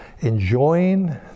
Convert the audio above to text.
enjoying